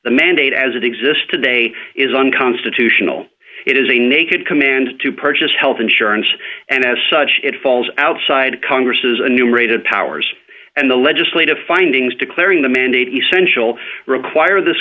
the mandate as it exists today is unconstitutional it is a naked command to purchase health insurance and as such it falls outside of congress's a numerated powers and the legislative findings declaring the mandate essential require this